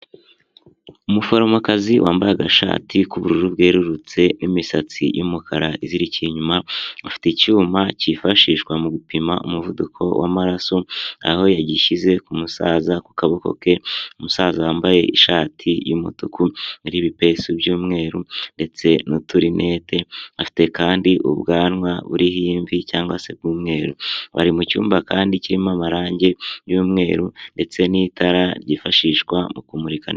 Umuforomokazi wambaye agashati k'ubururu bwerurutse n'imisatsi y'umukara izirikiye inyuma, afite icyuma cyifashishwa mu gupima umuvuduko w'amaraso, aho yagishyize ku musaza ku kaboko ke, umusaza wambaye ishati y'umutuku n'ibipesu by'umweru ndetse n'uturinete, afite kandi ubwanwa buriho imvi cyangwag se umweru, bari mu cyumba kandi kirimo amarangi y'umweru ndetse n'itara ryifashishwa mu kumurika...